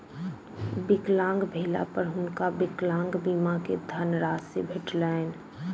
विकलांग भेला पर हुनका विकलांग बीमा के धनराशि भेटलैन